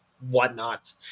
whatnot